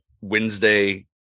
Wednesday